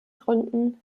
gründen